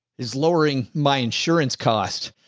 is lowering my insurance cost.